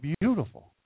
beautiful